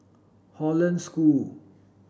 Hollandse School